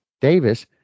Davis